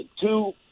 two